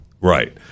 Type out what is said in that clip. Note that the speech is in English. right